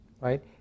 Right